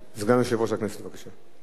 סגן יושב-ראש הכנסת, בבקשה.